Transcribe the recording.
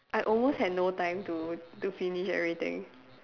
I almost had no time to do finish everything